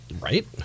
Right